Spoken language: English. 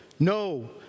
No